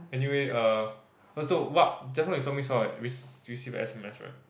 anyway uh also what just now you saw me saw right rec~ receive s_m_s right